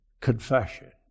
confession